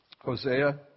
Hosea